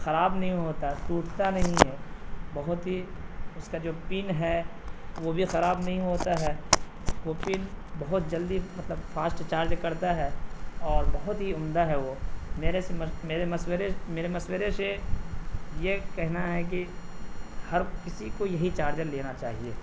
خراب نہیں ہوتا ٹوٹتا نہیں ہے بہت ہی اس کا جو پن ہے وہ بھی خراب نہیں ہوتا ہے وہ پن بہت جلدی مطلب فاسٹ چارج کرتا ہے اور بہت ہی عمدہ ہے وہ میرے میرے مشورے میرے مشورے سے یہ کہنا ہے کہ ہر کسی کو یہی چارجر لینا چاہیے